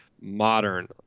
modern